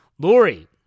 Lori